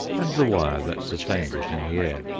and the wire that sustains it in the air.